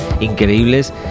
increíbles